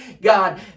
God